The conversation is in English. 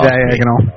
Diagonal